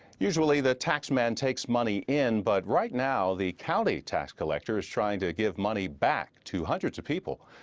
usually the tax man takes money in, but right now the county tax collector is trying to give money back to hundreds of people.